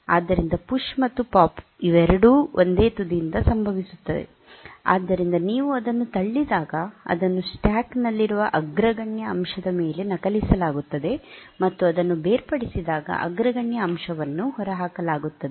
ಆದ್ದರಿಂದ ಪುಶ್ ಮತ್ತು ಪಾಪ್ ಇವೆರಡೂ ಒಂದೇ ತುದಿಯಿಂದ ಸಂಭವಿಸುತ್ತವೆ ಆದ್ದರಿಂದ ನೀವು ಅದನ್ನು ತಳ್ಳಿದಾಗ ಅದನ್ನು ಸ್ಟ್ಯಾಕ್ನಲ್ಲಿರುವ ಅಗ್ರಗಣ್ಯ ಅಂಶದ ಮೇಲೆ ನಕಲಿಸಲಾಗುತ್ತದೆ ಮತ್ತು ಅದನ್ನು ಬೇರ್ಪಡಿಸಿದಾಗ ಅಗ್ರಗಣ್ಯ ಅಂಶವನ್ನು ಹೊರಹಾಕಲಾಗುತ್ತದೆ